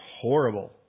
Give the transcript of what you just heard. horrible